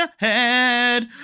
ahead